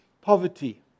poverty